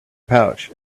pouch